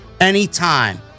anytime